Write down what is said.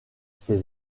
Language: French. ses